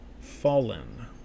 Fallen